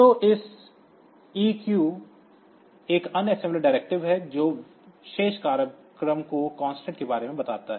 तो यह EQ एक अन्य है जो शेष प्रोग्राम को के बारे में बताता है